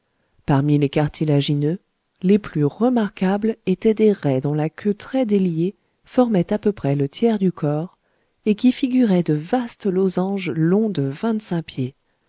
parmi les cartilagineux les plus remarquables étaient des raies dont la queue très déliée formait à peu près le tiers du corps et qui figuraient de vastes losanges longs de vingt-cinq pieds